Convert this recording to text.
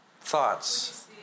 Thoughts